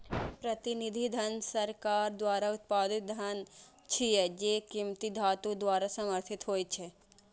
प्रतिनिधि धन सरकार द्वारा उत्पादित धन छियै, जे कीमती धातु द्वारा समर्थित होइ छै